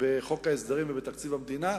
בחוק ההסדרים ובתקציב המדינה.